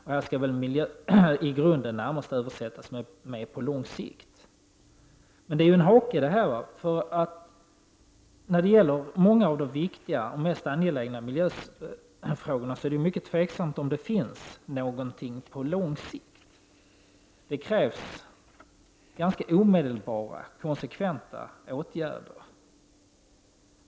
Men ”i grunden” skall väl närmast översättas med ”på lång sikt”, och det är en hake i detta. När det gäller många av de viktiga och mest angelägna miljöfrågorna är det mycket tveksamt om det finns någonting att göra på lång sikt. Det krävs ganska omedelbara och konsekventa åtgärder.